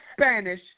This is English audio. Spanish